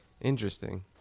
Interesting